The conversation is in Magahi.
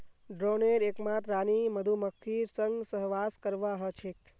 ड्रोनेर एकमात रानी मधुमक्खीर संग सहवास करवा ह छेक